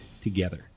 together